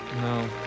No